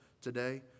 today